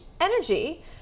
energy